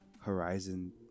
Horizon